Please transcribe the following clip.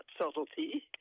subtlety